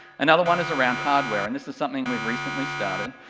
another one is around hardware and this is something we've recently started,